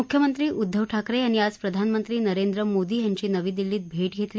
मुख्यमंत्री उद्दव ठाकरेयांनी आज प्रधानमंत्री नरेंद्र नोंदी यांची नवी दिल्लीत भेट घेतली